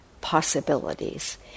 possibilities